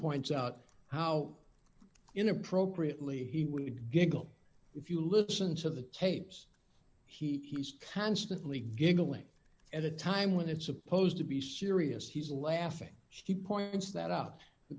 points out how in appropriately he would giggle if you listen to the tapes he's constantly giggling at a time when it's supposed to be serious he's a laughing she points that out the